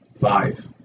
Five